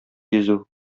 йөзү